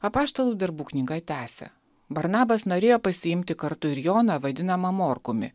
apaštalų darbų knyga tęsia barnabas norėjo pasiimti kartu ir joną vadinamą morkumi